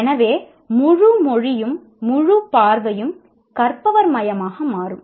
எனவே முழு மொழியும் முழு பார்வையும் கற்பவர் மையமாக மாறும்